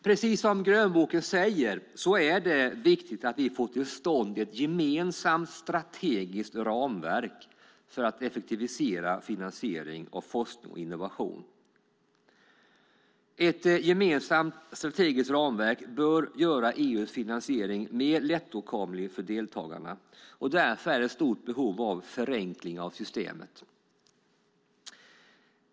Precis som sägs i grönboken är det viktigt att vi får till stånd ett gemensamt strategiskt ramverk för att effektivisera finansieringen av forskning och innovation. Ett gemensamt strategiskt ramverk bör göra EU:s finansiering mer lättåtkomlig för deltagarna, och därför finns ett stort behov av förenkling av systemet.